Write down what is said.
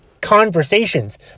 Conversations